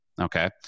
Okay